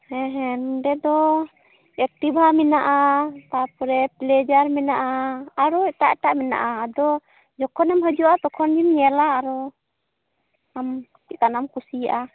ᱦᱮᱸ ᱦᱮᱸ ᱱᱚᱸᱰᱮ ᱫᱚ ᱮᱠᱴᱤᱵᱷᱟ ᱢᱮᱱᱟᱜᱼᱟ ᱛᱟᱯᱚᱨᱮ ᱯᱮᱞᱮᱡᱟᱨ ᱢᱮᱱᱟᱜᱼᱟ ᱟᱨᱚ ᱮᱴᱟᱜ ᱮᱴᱟᱜ ᱢᱮᱱᱟᱜᱼᱟ ᱟᱫᱚ ᱡᱚᱠᱷᱚᱱᱮᱢ ᱦᱤᱡᱩᱜᱼᱟ ᱛᱚᱠᱷᱚᱱ ᱜᱮᱢ ᱧᱮᱞᱟ ᱟᱨᱚ ᱟᱢ ᱪᱮᱫ ᱠᱟᱱᱟᱜᱼᱮᱢ ᱠᱩᱥᱤᱭᱟᱜᱼᱟ